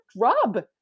rub